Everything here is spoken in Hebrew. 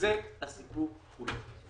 וזה הסיפור כולו.